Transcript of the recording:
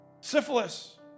Syphilis